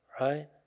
Right